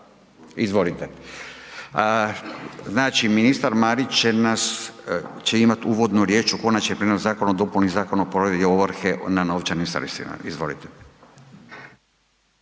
Izvolite. Znači, ministar Marić će nas, će imati uvodnu riječ u Konačni prijedlog Zakona o dopuni Zakona o provedbi ovrhe na novčanim sredstvima. Izvolite.